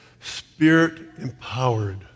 Spirit-empowered